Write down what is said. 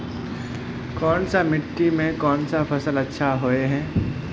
कोन सा मिट्टी में कोन फसल अच्छा होय है?